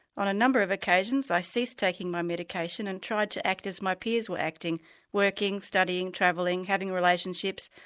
on a number of occasions i ceased taking my medication and tried to act as my peers were acting working, studying, travelling, having relationships.